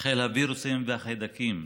חיל הווירוסים והחיידקים.